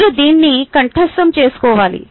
మీరు దీన్ని కంఠస్థం చేసుకోవాలి